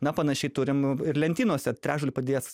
na panašiai turim ir lentynose trečdaliu padidėjęs